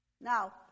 Now